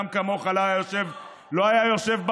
באף מדינה נורמלית בעולם בן אדם כמוך לא היה יושב בפרלמנט.